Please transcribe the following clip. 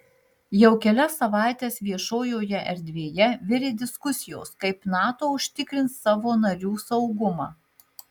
jau kelias savaites viešojoje erdvėje virė diskusijos kaip nato užtikrins savo narių saugumą